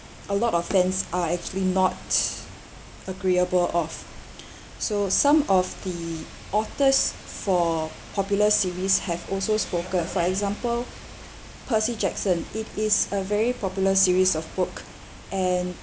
a lot of fans are actually not agreeable of so some of the authors for popular series have also spoken for example percy jackson it is a very popular series of book and